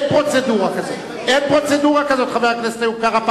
אין פרוצדורה כזאת, חבר הכנסת איוב קרא.